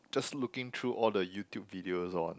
just looking through all the YouTube videos on